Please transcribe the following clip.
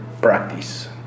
practice